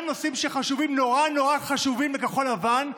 גם נושאים שנורא נורא חשובים לכחול לבן,